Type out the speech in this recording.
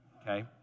okay